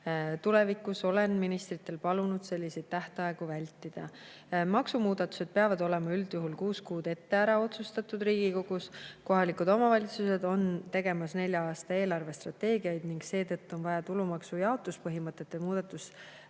Tulevikus olen ministritel palunud selliseid tähtaegu vältida. Maksumuudatused peavad olema üldjuhul kuus kuud ette Riigikogus ära otsustatud. Kohalikud omavalitsused on tegemas nelja aasta eelarvestrateegiaid ning seetõttu oli vaja tulumaksu jaotuspõhimõtete muudatus